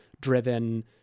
driven